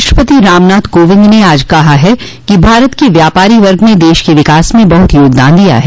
राष्ट्रपति रामनाथ कोविंद ने आज कहा है कि भारत के व्यापारी वर्ग ने देश के विकास में बहुत योगदान दिया है